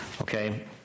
Okay